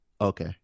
Okay